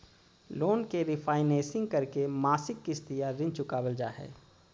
loan के refinancing करके मासिक किस्त या ऋण चुकावल जा हय